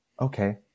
okay